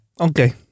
Okay